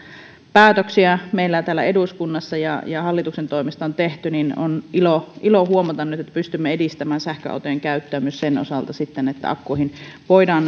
päätöksiä meillä täällä eduskunnassa ja hallituksen toimesta on tehty niin on ilo ilo huomata nyt että pystymme edistämään sähköautojen käyttöä myös sen osalta sitten että akkuihin voidaan